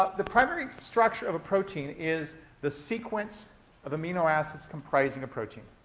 ah the primary structure of a protein is the sequence of amino acids comprising a protein.